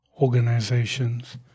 organizations